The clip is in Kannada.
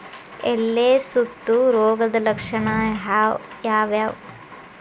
ಎಲೆ ಸುತ್ತು ರೋಗದ ಲಕ್ಷಣ ಯಾವ್ಯಾವ್?